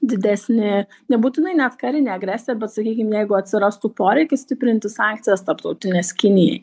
didesni nebūtinai net karinė agresija bet sakykim jeigu atsirastų poreikis stiprinti sankcijas tarptautines kinijai